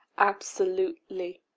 absolutely.